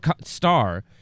star